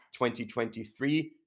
2023